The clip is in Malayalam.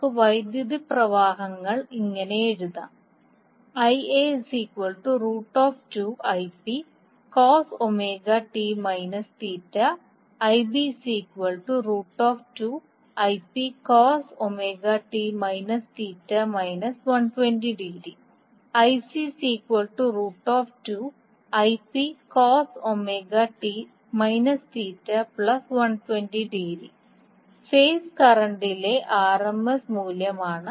നമുക്ക് വൈദ്യുത പ്രവാഹങ്ങൾ ഇങ്ങനെ എഴുതാം ഫേസ് കറന്റിലെ ആർഎംഎസ് മൂല്യമാണ്